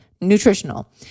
nutritional